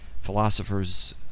philosophers